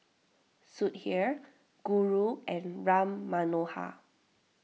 Sudhir Guru and Ram Manohar